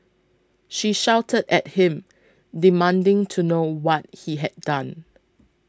she shouted at him demanding to know what he had done